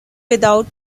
without